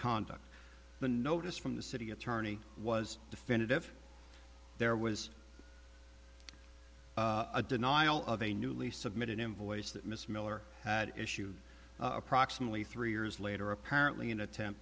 conduct the notice from the city attorney was definitive there was a denial of a newly submitted invoice that miss miller had issued approximately three years later apparently an attempt